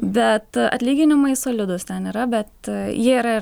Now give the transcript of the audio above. bet atlyginimai solidūs ten yra bet jie yra ir